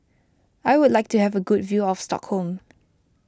I would like to have a good view of Stockholm